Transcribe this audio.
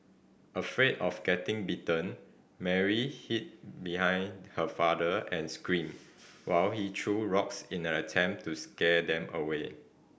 afraid of getting bitten Mary hid behind her father and screamed while he threw rocks in an attempt to scare them away